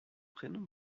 prénom